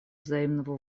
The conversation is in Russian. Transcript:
взаимного